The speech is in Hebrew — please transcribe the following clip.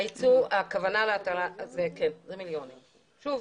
אמנם זה מתקן עם פוטנציאל לא קטן לזיהום סביבה,